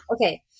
Okay